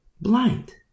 Blind